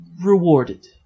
Rewarded